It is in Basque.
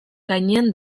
gainean